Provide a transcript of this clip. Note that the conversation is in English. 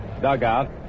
dugout